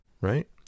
right